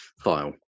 File